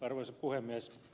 arvoisa puhemies